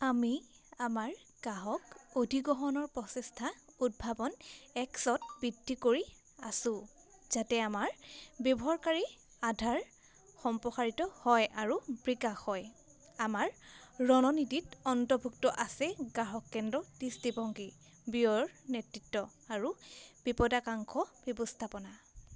আমি আমাৰ গ্ৰাহক অধিগ্ৰহণৰ প্ৰচেষ্টা উদ্ভাৱন এক্সত বৃদ্ধি কৰি আছো যাতে আমাৰ ব্যৱহাৰকাৰী আধাৰ সম্প্ৰসাৰিত হয় আৰু বিকাশ হয় আমাৰ ৰণনীতিত অন্তৰ্ভুক্ত আছে গ্ৰাহক কেন্দ্ৰ দৃষ্টিভংগী ব্যয়ৰ নেতৃত্ব আৰু বিপদাশংকা ব্যৱস্থাপনা